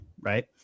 right